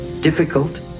difficult